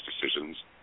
decisions